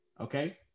okay